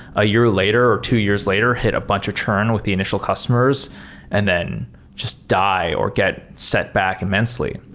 a year later or two years later, hit a bunch turn with the initial customers and then just die or get sent back immensely.